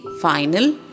final